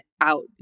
out